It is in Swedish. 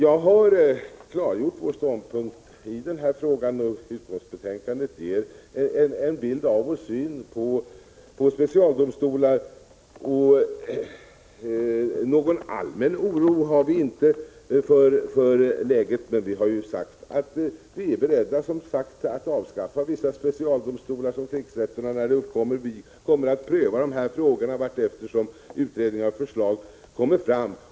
Jag har klargjort vår ståndpunkt i denna fråga, och utskottsbetänkandet beskriver vår syn på specialdomstolar. Någon allmän oro med anledning av läget känner vi inte, men vi har alltså framhållit att vi är beredda att avskaffa vissa specialdomstolar, t.ex. krigsrätterna, och vi kommer att pröva frågorna allteftersom utredningsförslagen läggs fram.